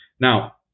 Now